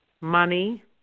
Money